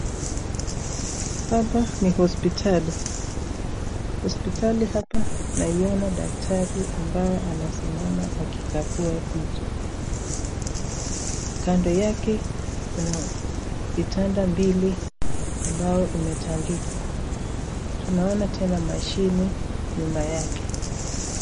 Hapa ni hospitali. Hospitali hapa naiona daktari ambao anasima akikagua vitu. Kando yake kuna vitanda mbili ambao imetandikwa. Tunaona tena mashini nyuma yake